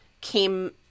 came